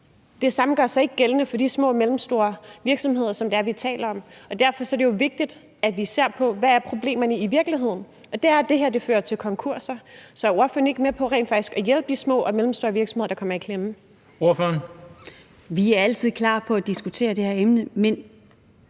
Det samme gør sig ikke gældende for de små og mellemstore virksomheder, som vi taler om. Og derfor er det jo vigtigt, at vi ser på: Hvad er problemerne i virkeligheden? Og det er, at det her fører til konkurser. Så er ordføreren ikke med på rent faktisk at hjælpe de små og mellemstore virksomheder, der kommer i klemme? Kl. 18:39 Den fg. formand (Bent Bøgsted): Ordføreren.